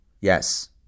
Yes